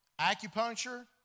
acupuncture